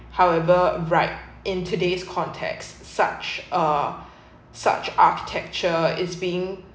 however right in today's context such uh such architecture is being